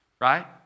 right